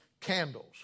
candles